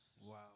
Wow